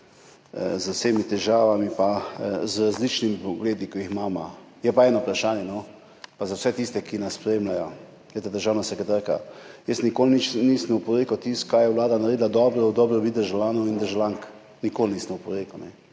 vse težave, z različnimi pogledi, ki jih imava, je pa eno vprašanje, tudi za vse tiste, ki nas spremljajo. Državna sekretarka, jaz nikoli nisem oporekal tistemu, kar je vlada naredila dobro v dobrobit državljanov in državljank, nikoli nisem oporekal,